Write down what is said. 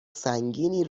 سنگینی